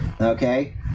Okay